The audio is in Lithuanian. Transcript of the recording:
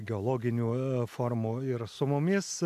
geologinių formų ir su mumis